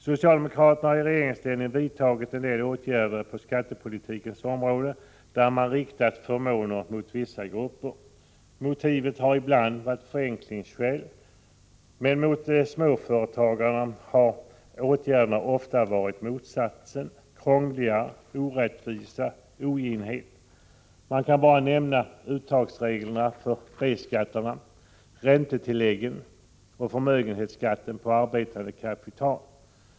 Socialdemokraterna har i regeringsställning vidtagit en del åtgärder på skattepolitikens område som inneburit att man riktat förmåner mot vissa grupper. Motivet har ibland varit förenkling. Men mot småföretagare har åtgärderna ofta varit motsatsen: krångel, orättvisa och oginhet. Man kan bara nämna uttagsreglerna för B-skattarna, räntetilläggen och förmögenhetsskatten på arbetande kapital.